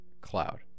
Cloud